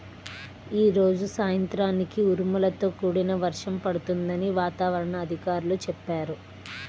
యీ రోజు సాయంత్రానికి ఉరుములతో కూడిన వర్షం పడుతుందని వాతావరణ అధికారులు చెప్పారు